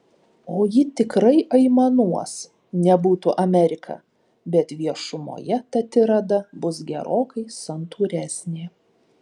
o ji tikrai aimanuos nebūtų amerika bet viešumoje ta tirada bus gerokai santūresnė